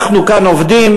אנחנו כאן עובדים,